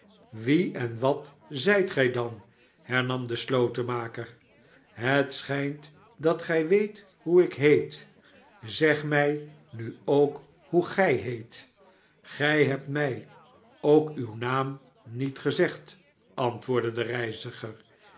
wie en wat zijt gij dan hernam de slotenmaker het schijnt dat gij weet hoe ik heet zeg mij nu ook hoe gij heet gij hebt mij ook uwnaam niet gezegd antwoordde de reiziger